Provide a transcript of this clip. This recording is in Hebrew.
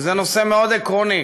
וזה נושא מאוד עקרוני,